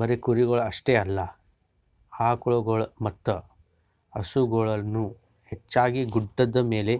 ಬರೀ ಕುರಿಗೊಳ್ ಅಷ್ಟೆ ಅಲ್ಲಾ ಆಕುಳಗೊಳ್ ಮತ್ತ ಹಸುಗೊಳನು ಹೆಚ್ಚಾಗಿ ಗುಡ್ಡದ್ ಮ್ಯಾಗೆ